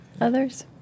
others